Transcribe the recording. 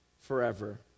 forever